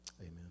Amen